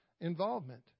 involvement